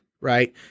right